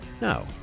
No